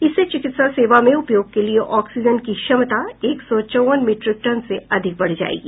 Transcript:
इससे चिकित्सा सेवा में उपयोग के लिए ऑक्सीजन की क्षमता एक सौ चौवन मीट्रिक टन से अधिक बढ़ जाएगी